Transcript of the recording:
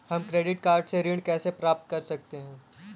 हम credit card से ऋण कैसे प्राप्त कर सकते हैं?